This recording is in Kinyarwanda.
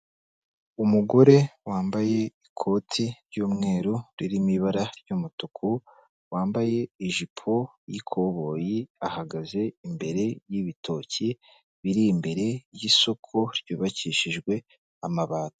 Umugore wambaye ikoti ry'umweru ririmo ibara ry'umutuku, wambaye ijipo y'ikoboyi, ahagaze imbere y'ibitoki, biri imbere y'isoko ryubakishijwe amabati.